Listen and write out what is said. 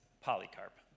Polycarp